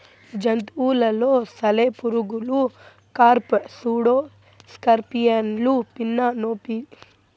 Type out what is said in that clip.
జంతువులలో సాలెపురుగులు, కార్ఫ్, సూడో స్కార్పియన్లు, పిన్నా నోబిలస్ మొదలైనవి పట్టును ఉత్పత్తి చేస్తాయి